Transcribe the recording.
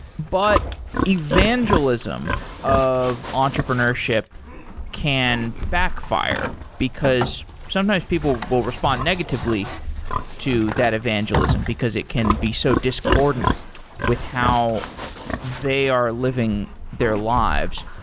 but evangelism of entrepreneurship can backfire, because sometimes people will respond negatively to that evangelism, because it can be so discordant with how they are living their lives.